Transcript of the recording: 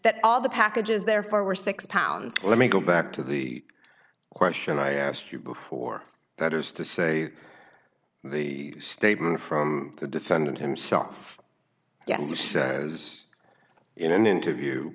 that all the packages therefore were six pounds let me go back to the question i asked you before that is to say the statement from the defendant himself yes he says in an interview